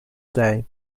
day